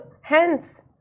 hence